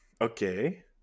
Okay